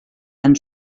han